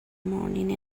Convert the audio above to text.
morning